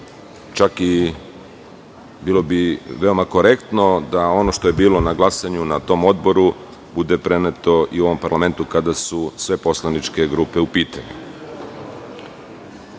čak i bilo bi veoma korektno, da ono što je bilo na glasanju na tom odboru, bude preneto i u ovom parlamentu, kada su sve poslaničke grupe u pitanju. Bez